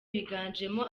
biganjemo